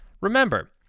Remember